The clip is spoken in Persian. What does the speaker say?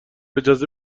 اجازه